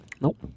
Nope